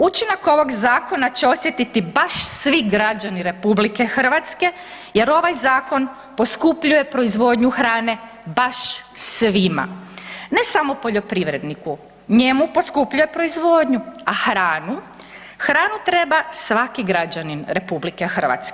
Učinak ovog zakona će osjetiti baš svi građani RH jer ovaj zakon poskupljuje proizvodnju hrane baš svima, ne samo poljoprivredniku, njemu poskupljuje proizvodnju, a hranu, hranu treba svaki građanin RH.